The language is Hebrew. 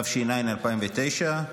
התש"ע 2009,